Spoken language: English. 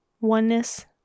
oneness